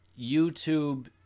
YouTube